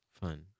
Fun